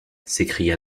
s’écria